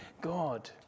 God